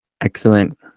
Excellent